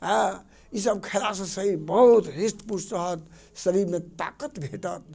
अँए ईसब खेलासँ शरीर बहुत हृष्ट पुष्ट रहत शरीरमे ताकत भेटत